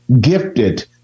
gifted